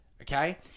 Okay